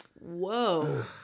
Whoa